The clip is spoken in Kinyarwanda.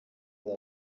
ari